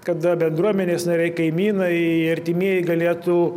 kada bendruomenės nariai kaimynai artimieji galėtų